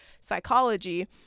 psychology